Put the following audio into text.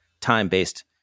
time-based